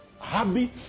habits